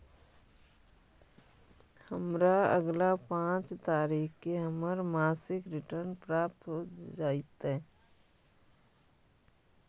हमरा अगला पाँच तारीख के हमर मासिक रिटर्न प्राप्त हो जातइ